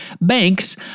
banks